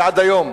ועד היום,